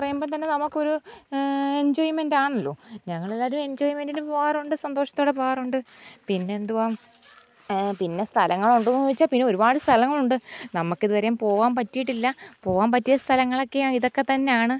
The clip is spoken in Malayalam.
പറയുമ്പോൾത്തന്നെ നമുക്കൊരു എഞ്ചോയ്മെൻറ്റാണല്ലോ ഞങ്ങളെല്ലാവരും എഞ്ചോയ്മെൻറ്റിനു പോകാറുണ്ട് സന്തോഷത്തോടെ പോകാറുണ്ട് പിന്നെന്തുവാ പിന്നെ സ്ഥലങ്ങളുണ്ടോയെന്നു ചോദിച്ചാൽ പിന്നെ ഒരുപാട് സ്ഥലങ്ങളുണ്ട് നമുക്കിതുവരെയും പോകാൻ പറ്റിയിട്ടില്ല പോകാൻ പറ്റിയ സ്ഥലങ്ങളൊക്കെയാണ് ഇതൊക്കെ തന്നെയാണ്